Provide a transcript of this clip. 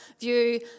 view